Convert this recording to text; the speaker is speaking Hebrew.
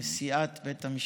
ואשר צופים בנו במרקע.